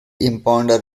impounded